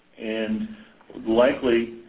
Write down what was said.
and likely,